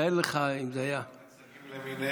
כל המיצגים למיניהם.